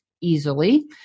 easily